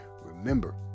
Remember